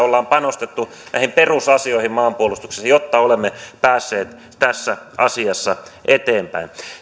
on panostettu näihin perusasioihin maanpuolustuksessa jotta olemme päässeet tässä asiassa eteenpäin